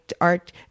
art